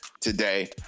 today